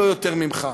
לא יותר ממך.